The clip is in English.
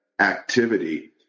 activity